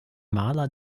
maler